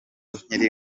nkiri